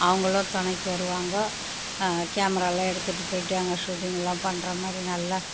அவங்களும் துணைக்கி வருவாங்க கேமராயெலாம் எடுத்துகிட்டு போய்விட்டு அங்கே சூட்டிங்யெலாம் பண்ணுற மாதிரி நல்லா